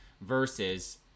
versus